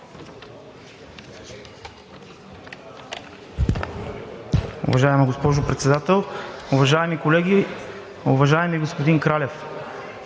Уважаема госпожо Председател, уважаеми колеги! Уважаеми господин Кралев,